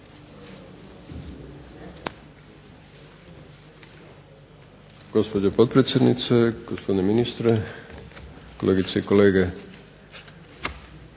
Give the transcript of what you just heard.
Hvala